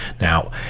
now